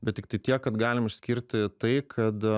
bet tiktai tiek kad galim išskirti tai kad